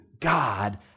God